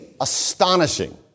astonishing